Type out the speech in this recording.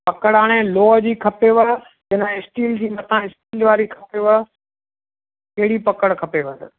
पकड़ हाणे लोह जी खपेव किन स्टील ई मथां स्टील वारी खपेव कहिड़ी पकड़ खपेव